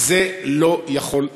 זה לא יכול לקרות.